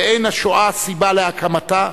ואין השואה סיבה להקמתה,